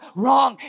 wrong